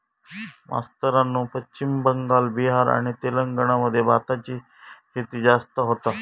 मास्तरानू पश्चिम बंगाल, बिहार आणि तेलंगणा मध्ये भाताची शेती जास्त होता